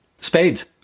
Spades